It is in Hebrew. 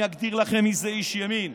אני אגדיר לכם מי זה איש ימין,